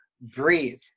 breathe